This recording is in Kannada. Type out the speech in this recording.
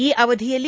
ಈ ಅವಧಿಯಲ್ಲಿ